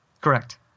Correct